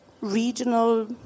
regional